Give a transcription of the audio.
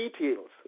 details